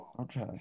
Okay